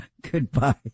Goodbye